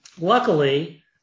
luckily